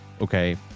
okay